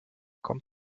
kommt